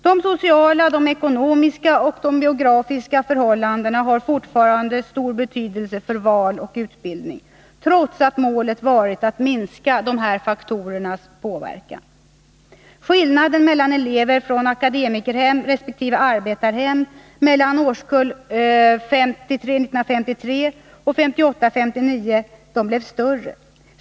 De sociala, ekonomiska och geografiska förhållandena har fortfarande stor betydelse för val av utbildning, trots att målet varit att minska dessa faktorers inverkan. Skillnaden mellan elever från akademikerhem resp. arbetarhem är större i årskull 1958/59 än i årskull 1953.